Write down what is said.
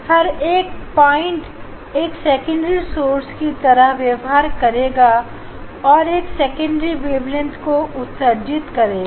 हर एक पॉइंट एक secondary source की तरह व्यवहार करेगा और एक सेकेंडरी वेवलेट को उत्सर्जित करेगा